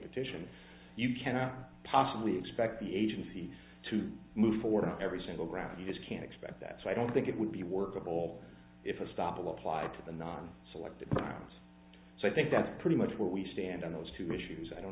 petition you cannot possibly expect the agency to move forward on every single ground is can expect that so i don't think it would be workable if a stop along plied to the non selective times so i think that's pretty much where we stand on those two issues i don't